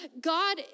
God